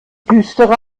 düstere